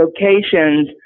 locations